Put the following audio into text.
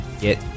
get